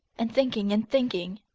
and thinking and thinking,